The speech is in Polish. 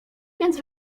więc